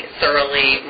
thoroughly